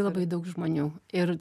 labai daug žmonių ir